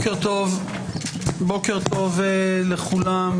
בוקר טוב לכולם,